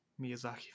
miyazaki